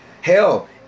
Hell